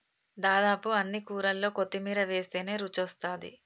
దాదాపు అన్ని కూరల్లో కొత్తిమీర వేస్టనే రుచొస్తాది